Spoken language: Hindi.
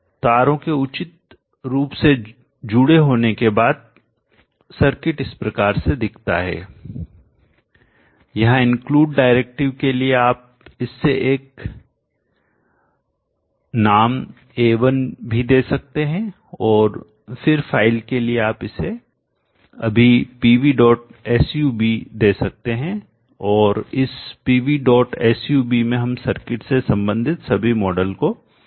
तारों के उचित रूप से जुड़े होने के बाद सर्किट इस प्रकार से दिखता है यहां इंक्लूड डायरेक्टिव के लिए आप इससे एक नाम डेजिग्नेटर A1 भी दे सकते हैं और फिर फाइल के लिए आप इसे अभी pvsub दे सकते हैं और इस pvsub में हम सर्किट से संबंधित सभी मॉडल्स को रख देंगे